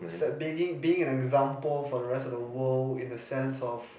being an example for the rest of the world in the sense of